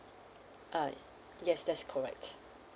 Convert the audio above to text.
uh yes that's correct